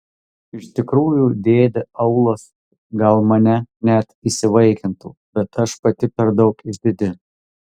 iš tikrųjų dėdė aulas gal mane net įsivaikintų bet aš pati per daug išdidi